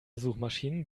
suchmaschinen